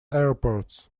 airports